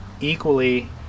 equally